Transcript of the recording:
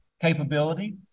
capability